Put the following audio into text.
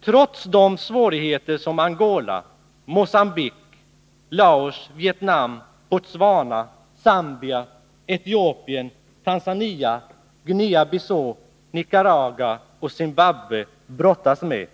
Trots de svårigheter som Angola, Mogambique, Laos, Vietnam, Botswana, Zambia, Etiopien, Tanzania, Guinea Bissau, Nicaragua, Zimbabwe brottas med,